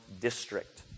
district